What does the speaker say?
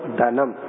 danam